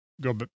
go